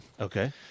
Okay